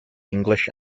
english